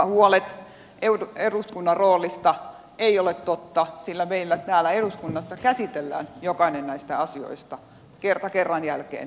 nämä huolet eduskunnan roolista eivät ole totta sillä meillä täällä eduskunnassa käsitellään jokainen näistä asioista kerta kerran jälkeen yhä uudestaan